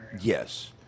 Yes